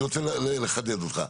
אני רוצה לחדד אותך.